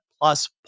plus